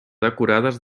decorades